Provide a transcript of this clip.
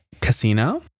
casino